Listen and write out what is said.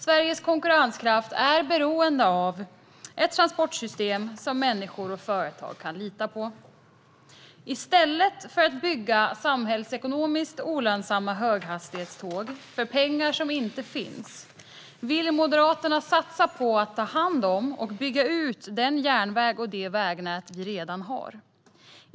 Sveriges konkurrenskraft är beroende av ett transportsystem som människor och företag kan lita på. I stället för att bygga samhällsekonomiskt olönsamma höghastighetståg för pengar som inte finns vill Moderaterna satsa på att ta hand om och bygga ut den järnväg och det vägnät vi redan har.